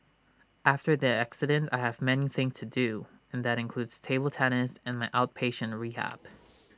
after the accident I have many things to do and that includes table tennis and my outpatient rehab